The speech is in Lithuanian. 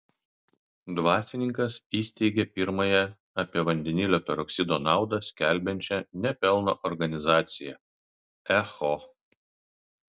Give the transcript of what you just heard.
dvasininkas įsteigė pirmąją apie vandenilio peroksido naudą skelbiančią ne pelno organizaciją echo